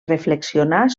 reflexionar